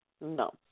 No